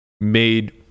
made